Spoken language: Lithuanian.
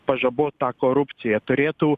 pažabot tą korupciją turėtų